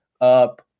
up